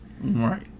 Right